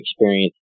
experience